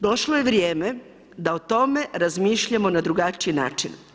Došlo je vrijeme da o tome razmišljamo na drugačiji način.